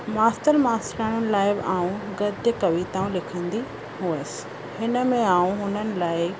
मास्तर मास्तराणियुनि लाइ आऊं गद्य कविताऊं लिखंदी हुअसि हिनमें आऊं हुननि लाइ